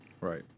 Right